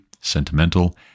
sentimental